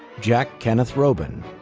jack kenneth roben.